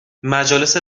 مجالس